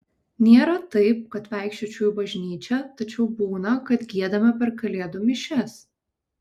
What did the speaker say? nėra taip kad vaikščiočiau į bažnyčią tačiau būna kad giedame per kalėdų mišias